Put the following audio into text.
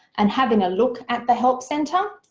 and having a look at the help center.